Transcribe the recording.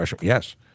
Yes